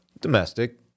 Domestic